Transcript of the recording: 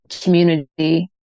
community